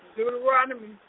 Deuteronomy